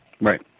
right